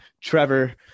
Trevor